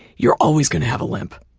you're always going to have a limp.